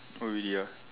oh really ah